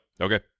Okay